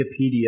Wikipedia